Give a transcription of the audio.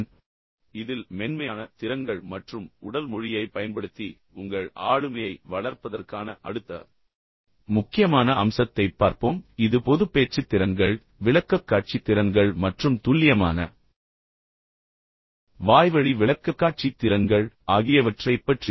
இப்போது இதில் மென்மையான திறன்கள் மற்றும் உடல் மொழியைப் பயன்படுத்தி உங்கள் ஆளுமையை வளர்ப்பதற்கான அடுத்த முக்கியமான அம்சத்தைப் பார்ப்போம் இது பொதுப் பேச்சுத் திறன்கள் விளக்கக்காட்சி திறன்கள் மற்றும் துல்லியமான வாய்வழி விளக்கக்காட்சி திறன்கள் ஆகியவற்றைப் பற்றியது